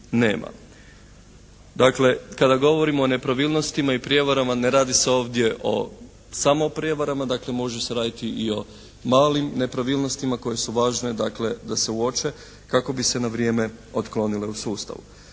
Dakle, kada govorimo o nepravilnostima i prijevarama ne radi se ovdje samo o prijevarama. Dakle, može se raditi i o malim nepravilnostima koje su važne da se uoče kako bi se na vrijeme otklonile u sustavu.